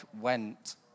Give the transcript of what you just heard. went